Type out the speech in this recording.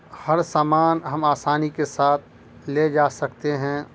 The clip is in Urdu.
ہر سامان ہم آسانی کے ساتھ لے جا سکتے ہیں